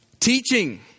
Teaching